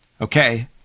Okay